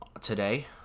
today